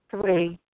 three